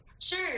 Sure